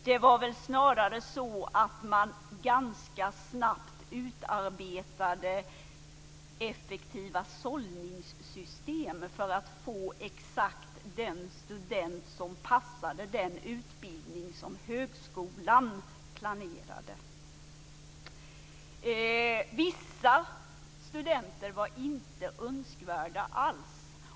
Det var väl snarare så att man ganska snabbt utarbetade effektiva sållningssystem för att få exakt den student som passade den utbildning som högskolan planerade? Vissa studenter var inte önskvärda alls.